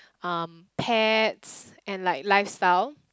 um pets and like lifestyle